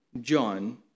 John